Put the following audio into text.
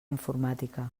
informàtica